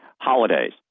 Holidays